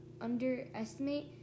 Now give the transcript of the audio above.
underestimate